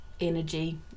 energy